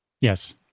Yes